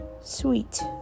Sweet